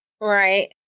Right